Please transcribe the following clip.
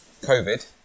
COVID